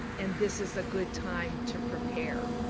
and this is a good time to prepare.